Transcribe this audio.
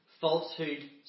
Falsehood